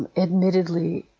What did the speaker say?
and admittedly,